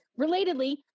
Relatedly